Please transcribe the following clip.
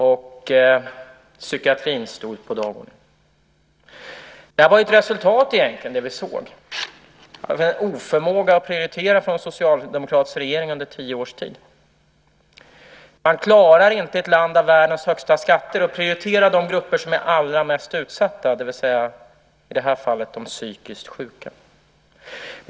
Psykiatrin stod på dagordningen. Det vi såg var egentligen ett resultat av en oförmåga att prioritera från socialdemokratiska regeringars sida under tio års tid. Man klarar inte i ett land med världens högsta skatter att prioritera de grupper som är allra mest utsatta, det vill säga, i det här fallet, de psykiskt sjuka.